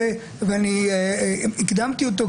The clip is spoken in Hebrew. הקדמתי אותו,